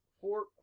Four